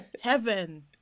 Heaven